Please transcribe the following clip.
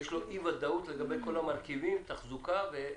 יש לו אי וודאות לגבי כל המרכיבים כמו תחזוקה וכולי.